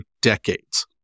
decades